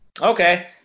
Okay